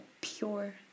pure